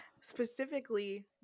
Specifically